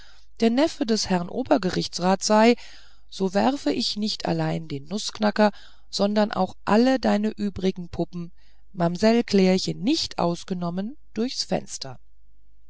der neffe des herrn obergerichtsrats sei so werf ich nicht allein den nußknacker sondern auch alle deine übrigen puppen mamsell klärchen nicht ausgenommen durchs fenster